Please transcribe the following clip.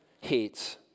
hates